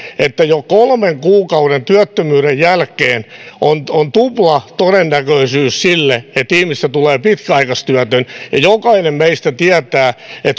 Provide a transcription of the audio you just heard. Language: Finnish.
että jo kolmen kuukauden työttömyyden jälkeen on on tuplatodennäköisyys sille että ihmisestä tulee pitkäaikaistyötön ja jokainen meistä tietää